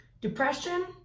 Depression